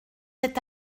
êtes